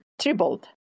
tripled